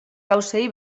gauzei